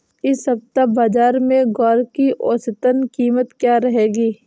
इस सप्ताह बाज़ार में ग्वार की औसतन कीमत क्या रहेगी?